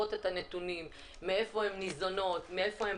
אוספות את הנתונים, מהיכן הן ניזונות וכולי.